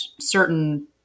certain